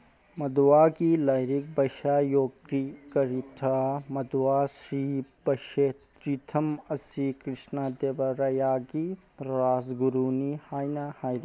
ꯃꯗꯨꯋꯥꯒꯤ lyric ꯚꯩꯁꯥꯌꯣꯒꯤꯀꯔꯤꯊꯥ ꯃꯗꯨꯋꯥꯁ꯭ꯔꯤ ꯄꯁꯦꯠꯇ꯭ꯔꯤꯊꯝ ꯑꯁꯤ ꯀ꯭ꯔꯤꯁꯅ ꯗꯦꯕ ꯔꯌꯥꯒꯤ ꯔꯥꯁꯒꯨꯔꯨꯅꯤ ꯍꯥꯏꯅ ꯍꯥꯏꯔꯤ